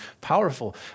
powerful